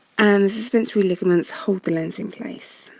and the suspensory ligaments hold the lens in place.